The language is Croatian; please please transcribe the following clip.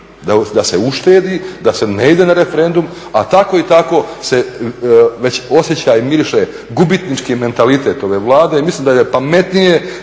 da se uštedi, da se ne ide na referendum, a tako i tako se već osjeća i miriše gubitnički mentalitet ove Vlade i mislim da je pametnije